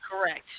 Correct